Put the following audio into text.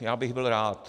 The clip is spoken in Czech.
Já bych byl rád.